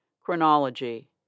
Chronology